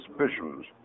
suspicions